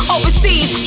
Overseas